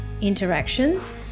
interactions